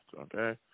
okay